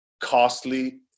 costly